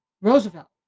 Roosevelt